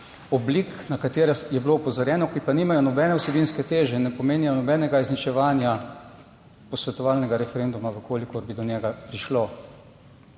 oblik, na katere je bilo opozorjeno, ki pa nimajo nobene vsebinske teže, ne pomenijo nobenega izničevanja posvetovalnega referenduma v kolikor bi do njega prišlo.